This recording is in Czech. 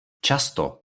často